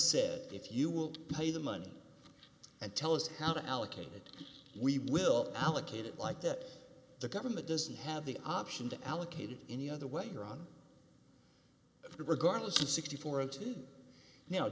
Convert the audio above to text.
said if you will pay the money and tell us how to allocate it we will allocate it like that the government doesn't have the option to allocate it any other way around regardless of sixty four